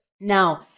Now